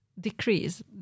decrease